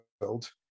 world